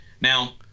Now